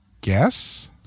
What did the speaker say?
Guess